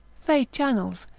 fay channels,